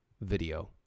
video